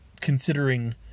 considering